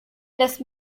lässt